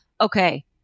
Okay